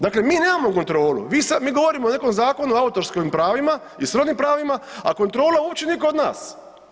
Dakle, mi nemamo kontrolu, mi govorimo o nekom zakonu, o autorskim pravima i srodnim pravima, a kontrola uopće nije kod nas.